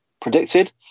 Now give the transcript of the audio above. predicted